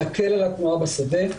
נקל על התנועה בשדה,